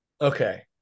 Okay